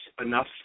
enough